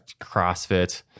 CrossFit